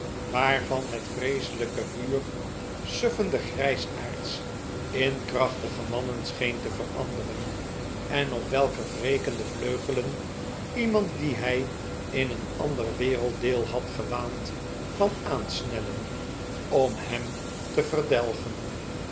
waarvan het vreeselijke vuur suffende grijsaards in krachtige mannen scheen te veranderen en op welker wrekende vleugelen iemand dien hij in een ander werelddeel had gewaand r kwam aansnellen om hem te verdelgen